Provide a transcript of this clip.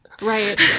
Right